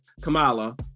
Kamala